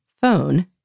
phone